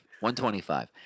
125